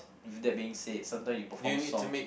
with that being said sometime you perform songs